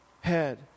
head